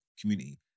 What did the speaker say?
community